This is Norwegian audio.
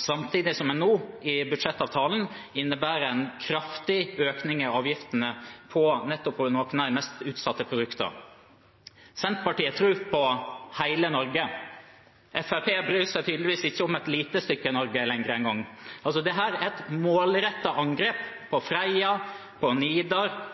samtidig som det nå i budsjettavtalen innebærer en kraftig økning i avgiftene på nettopp de mest utsatte produktene. Senterpartiet tror på hele Norge. Fremskrittspartiet bryr seg tydeligvis ikke om et lite stykke Norge lenger engang. Dette er et målrettet angrep på Freia, på Nidar,